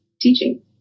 teaching